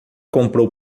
comprou